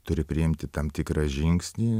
turi priimti tam tikrą žingsnį